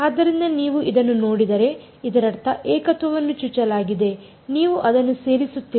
ಆದ್ದರಿಂದ ನೀವು ಇದನ್ನು ನೋಡಿದರೆ ಇದರರ್ಥ ಏಕತ್ವವನ್ನು ಚುಚ್ಚಲಾಗಿದೆ ನೀವು ಅದನ್ನು ಸೇರಿಸುತ್ತಿಲ್ಲ